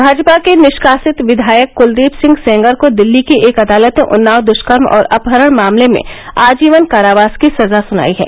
भाजपा के निष्कासित विधायक कूलदीप सिंह सेंगर को दिल्ली की एक अदालत ने उन्नाव दुष्कर्म और अपहरण मामले में आजीवन कारावास की सजा सुनाई है